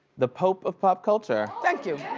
the pope of pop culture. thank you.